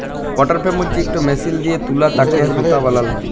water frame হছে ইকট machine দিঁয়ে তুলা থ্যাকে সুতা বালাল হ্যয়